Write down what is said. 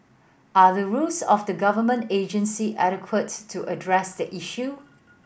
are the rules of the government agency adequate to address the issue